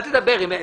אל תדבר אתם.